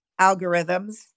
algorithms